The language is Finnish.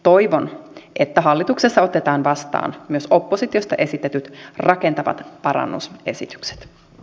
toivon että hallituksessa otetaan vastaan myös oppositiosta esitetyt rakentavat parannus esitykset e